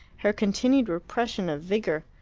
her continued repression of vigour?